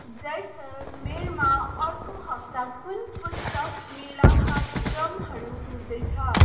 जैसलमेरमा अर्को हप्ता कुन पुस्तक मेला कार्यक्रमहरू हुँदैछ